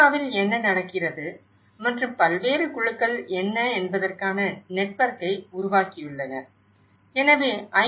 நாவில் என்ன நடக்கிறது மற்றும் பல்வேறு குழுக்கள் என்ன என்பதற்கான நெட்வொர்க்கை உருவாக்கியுள்ளனர் எனவே ஐ